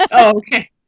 okay